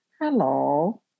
Hello